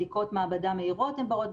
בדיקות מעבדה מהירות הן בר ביצוע.